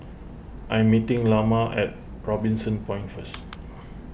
I'm meeting Lamar at Robinson Point first